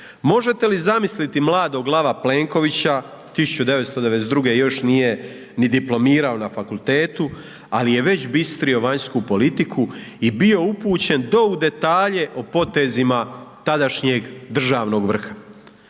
Možete li zamisliti mladog lava Plenkovića 1992. još nije ni diplomirao na fakultetu, ali je već bistrio vanjsku politiku i bio upućen do u detalje o potezima tadašnjeg državnog vrha.